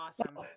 Awesome